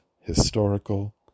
historical